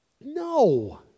No